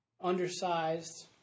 undersized